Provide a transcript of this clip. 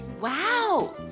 Wow